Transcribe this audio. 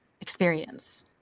experience